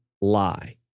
lie